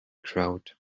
crowd